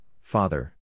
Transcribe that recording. father